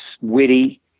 witty